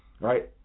right